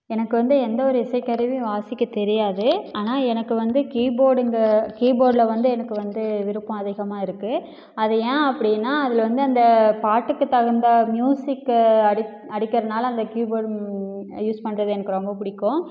எனக்கு வந்த எந்தவொரு இசைக்கருவியும் வாசிக்க தெரியாது ஆனால் எனக்கு வந்து கீபோர்டுங்க கீபோர்ட்ல வந்து எனக்கு வந்து விருப்பம் அதிகமாக இருக்குது அது ஏன் அப்படினா அதில் வந்து அந்த பாட்டுக்குத் தகுந்த மியூசிக்கை அடிக் அடிக்கிறதனால அந்த கீபோர்டு யூஸ் பண்ணுறது எனக்கு ரொம்ப பிடிக்கும்